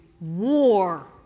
war